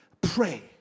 pray